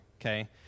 okay